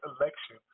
election